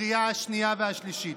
לקריאה השנייה והשלישית.